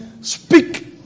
speak